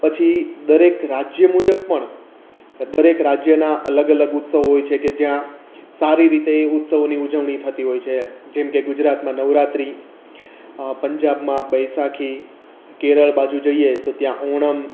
પછી દરેક રાજ્ય મુજબ પણ દરેક રાજ્યના અલગ અલગ ઉત્સવ હોય છે કે જ્યાં સારી રીતે ઉત્સવની ઉજવણી થતી હોય છે જેમકે ગુજરાતમાં નવરાત્રિ પંજાબમાં બૈસાખી કેરળ બાજુ જઈએ તો ત્યાં ઓણમ